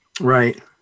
Right